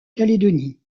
calédonie